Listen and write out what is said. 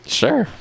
sure